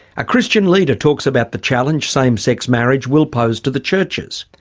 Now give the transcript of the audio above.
a christian leader talks about the challenge same-sex marriage will pose to the churches.